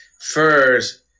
first